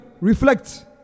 Reflect